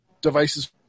devices